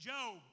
Job